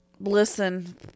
listen